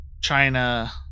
China